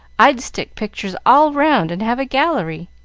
i'd stick pictures all round and have a gallery.